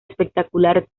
espectacular